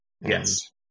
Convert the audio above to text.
yes